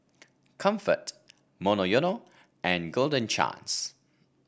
Comfort Monoyono and Golden Chance